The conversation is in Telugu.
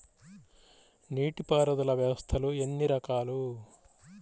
నీటిపారుదల వ్యవస్థలు ఎన్ని రకాలు?